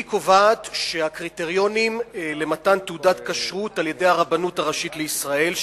היא קובעת שהקריטריונים למתן תעודת כשרות על-ידי הרבנות הראשית לישראל,